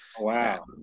Wow